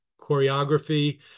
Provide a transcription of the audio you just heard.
choreography